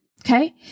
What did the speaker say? okay